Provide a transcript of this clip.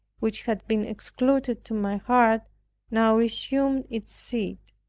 which had been excluded to my heart now resumed its seat.